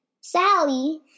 Sally